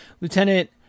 Lieutenant